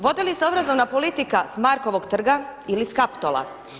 Vodi li se obrazovna politika s Markovog trga, ili s Kaptola?